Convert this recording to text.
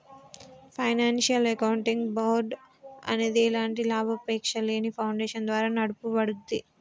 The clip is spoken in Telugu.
ఫైనాన్షియల్ అకౌంటింగ్ బోర్డ్ అనేది ఎలాంటి లాభాపేక్షలేని ఫౌండేషన్ ద్వారా నడపబడుద్ది